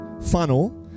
funnel